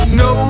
no